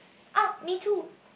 ah me too